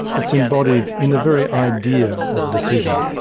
that's embodied in the very idea of decision.